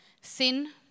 Sin